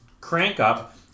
crank-up